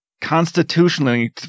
constitutionally